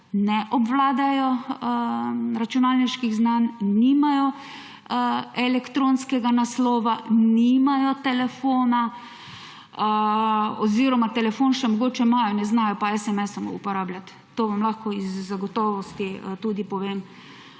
ne obvladajo računalniških znanj, nimajo elektronskega naslova, nimajo telefona oziroma telefon še mogoče imajo, ne znajo pa esemesov uporabljati. To vam lahko z gotovostjo tudi povem.